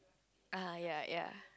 uh ya ya